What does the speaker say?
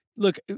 Look